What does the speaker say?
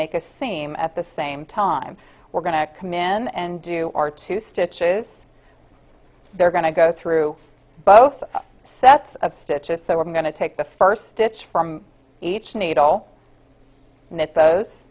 make a same at the same time we're going to come in and do our two stitches they're going to go through both sets of stitches so we're going to take the first it's from each needle and it's those